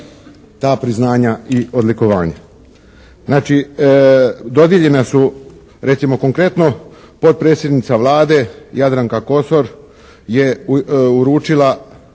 ta priznanja i odlikovanja. Znači dodijeljena su recimo konkretno potpredsjednica Vlade Jadranka Kosor je uručila